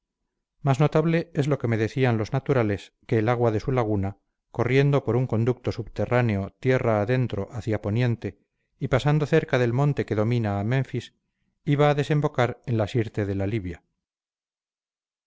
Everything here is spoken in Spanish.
más notable es lo que me decían los naturales que el agua de su laguna corriendo por un conducto subterráneo tierra adentro hacia poniente y pasando cerca del monte que domina a menfis iba a desembocar en la sirte de la libia